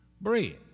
bread